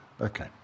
Okay